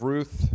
Ruth